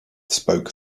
spoke